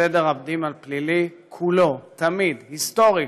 סדר הדין הפלילי כולו, תמיד, היסטורית,